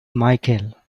michael